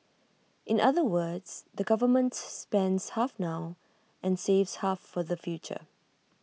in other words the government spends half now and saves half for the future